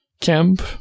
camp